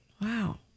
Wow